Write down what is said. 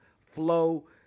flow